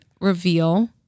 reveal